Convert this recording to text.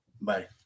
bye